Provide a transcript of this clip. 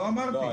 לא אמרתי בתי אב.